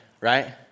right